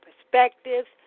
perspectives